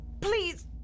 Please